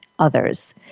Others